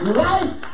life